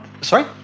sorry